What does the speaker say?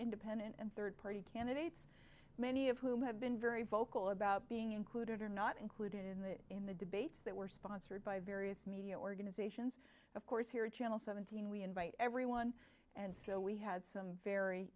independent and third party candidates many of whom have been very vocal about being included or not included in that in the debates that were sponsored by various media organizations of course here channel seventeen we invite everyone and so we had some very